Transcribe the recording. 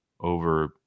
over